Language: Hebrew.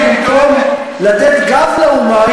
במקום לתת גב לאומה,